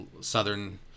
Southern